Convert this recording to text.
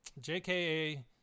JKA